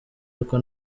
ariko